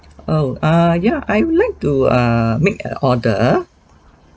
oh uh yeah I like to err make an order